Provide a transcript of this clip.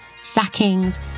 sackings